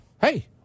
Hey